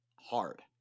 hard